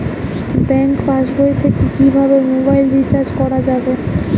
Bank পাশবই থেকে কিভাবে মোবাইল রিচার্জ করা যাবে?